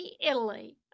Italy